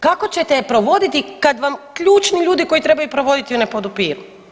Kako ćete je provoditi kad vam ključni ljudi koji trebaju provoditi ju ne podupiru?